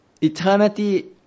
eternity